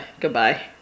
Goodbye